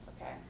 Okay